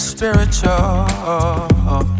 Spiritual